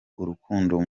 urukundo